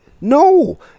No